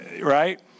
right